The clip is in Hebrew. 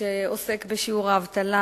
שעוסק בשיעור האבטלה.